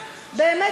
באמת,